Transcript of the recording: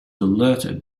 alerted